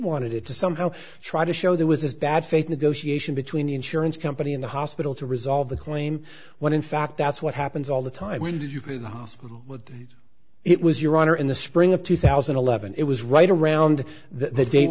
wanted it to somehow try to show there was a bad faith negotiation between the insurance company in the hospital to resolve the claim when in fact that's what happens all the time when did you the hospital when it was your honor in the spring of two thousand and eleven it was right around the date